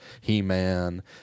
He-Man